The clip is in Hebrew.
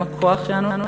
על היותנו מעצמה מדעית.